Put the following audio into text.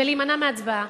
ולהימנע מהצבעה.